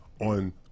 on